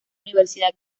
universidad